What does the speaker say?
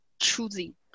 choosing